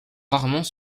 rarement